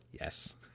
Yes